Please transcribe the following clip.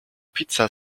pizza